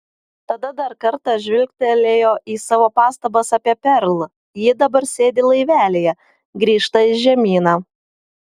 tada dar kartą žvilgtelėjo į savo pastabas apie perl ji dabar sėdi laivelyje grįžta į žemyną